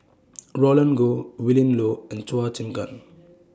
Roland Goh Willin Low and Chua Chim Kang